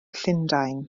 llundain